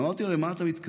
אמרתי לו: למה אתה מתכוון?